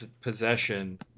possession